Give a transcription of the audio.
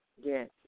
Yes